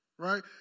right